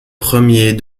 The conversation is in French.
premier